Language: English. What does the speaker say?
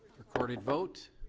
recorded vote.